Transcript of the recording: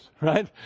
right